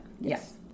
Yes